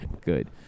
Good